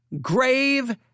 grave